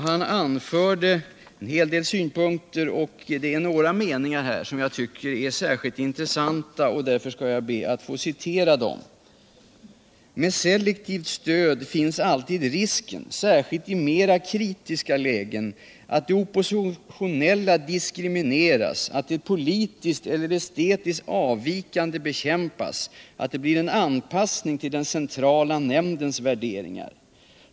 Han anförde en hel del synpunkter, och det är några meningar där som jag tycker är särskilt intressanta, varför jag skall be att få citera dem: ”Med selektivt stöd finns alltid risken, särskilt i mera kritiska lägen, att det oppositionella diskrimineras, att det politiskt eller estetiskt avvikande bekämpas, att det blir en anpassning till den centrala nämndens värderingar.